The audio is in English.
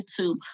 YouTube